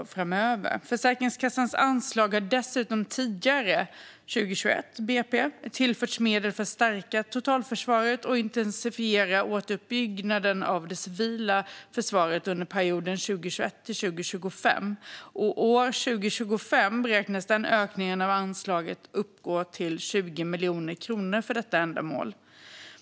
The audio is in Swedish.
Dessutom har Försäkringskassans anslag tidigare, i budgetpropositionen för 2021, tillförts medel för att stärka totalförsvaret och intensifiera återuppbyggnaden av det civila försvaret under perioden 2021-2025. År 2025 beräknas ökningen av anslaget uppgå till 20 miljoner kronor för detta ändamål.